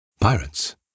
pirates